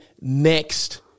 next